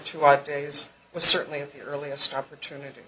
two i days was certainly of the earliest opportunity